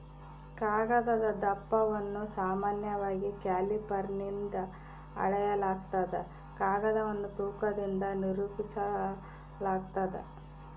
ಕಾಗದದ ದಪ್ಪವನ್ನು ಸಾಮಾನ್ಯವಾಗಿ ಕ್ಯಾಲಿಪರ್ನಿಂದ ಅಳೆಯಲಾಗ್ತದ ಕಾಗದವನ್ನು ತೂಕದಿಂದ ನಿರೂಪಿಸಾಲಾಗ್ತದ